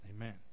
amen